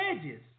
edges